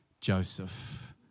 Joseph